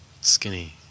Skinny